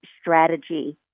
strategy